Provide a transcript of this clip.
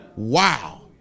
wow